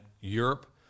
Europe